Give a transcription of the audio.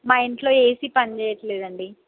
మా ఇంట్లో ఎసీ పనిచేయట్లేదండి